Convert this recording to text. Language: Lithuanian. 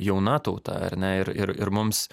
jauna tauta ar ne ir ir ir mums